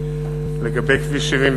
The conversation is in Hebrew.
לגבי כביש 71